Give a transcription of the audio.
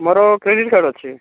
ମୋର credit card ଅଛି